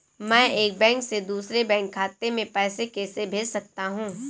मैं एक बैंक से दूसरे बैंक खाते में पैसे कैसे भेज सकता हूँ?